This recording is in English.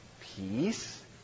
peace